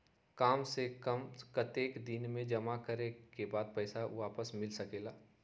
काम से कम कतेक दिन जमा करें के बाद पैसा वापस मिल सकेला?